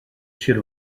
sir